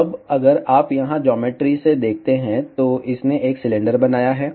तो अब अगर आप यहां ज्योमेट्री से देखते हैं तो इसने एक सिलेंडर बनाया है